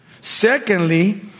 Secondly